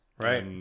Right